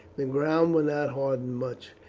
the ground will not harden much,